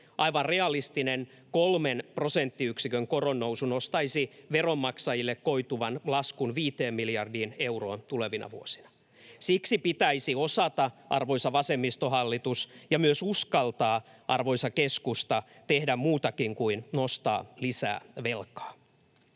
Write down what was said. Aivan realistinen kolmen prosenttiyksikön koronnousu nostaisi veronmaksajille koituvan laskun 5 miljardiin euroon tulevina vuosina. Siksi pitäisi osata, arvoisa vasemmistohallitus, ja myös uskaltaa, arvoisa keskusta, tehdä muutakin kuin nostaa lisää velkaa.